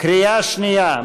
קריאה שנייה.